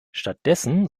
stattdessen